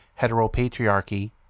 heteropatriarchy